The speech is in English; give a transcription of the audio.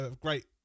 great